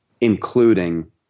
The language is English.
including